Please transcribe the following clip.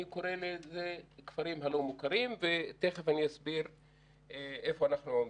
אני קורא לזה כפרים הלא מוכרים ותכף אני אסביר איפה אנחנו עומדים.